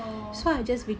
oh